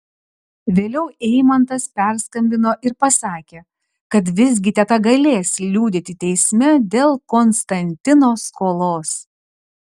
vėliau eimantas perskambino ir pasakė kad visgi teta galės liudyti teisme dėl konstantino skolos